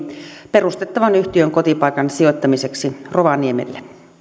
perustettavan yhtiön kotipaikan sijoittamiseksi rovaniemelle